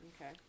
Okay